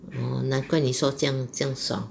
orh 难怪你说这样这样爽